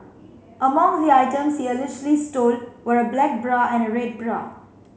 among the items he allegedly stole were a black bra and a red bra